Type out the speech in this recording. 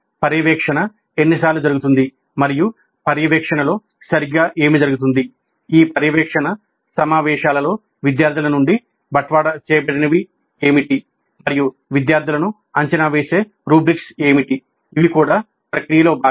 పర్యవేక్షణ ఎన్నిసార్లు జరుగుతుంది మరియు పర్యవేక్షణలో సరిగ్గా ఏమి జరుగుతుంది ఈ పర్యవేక్షణ సమావేశాలలో విద్యార్థుల నుండి బట్వాడా చేయబడినవి ఏమిటి మరియు విద్యార్థులను అంచనా వేసే రుబ్రిక్స్ ఏమిటి ఇవి కూడా ప్రక్రియలో భాగం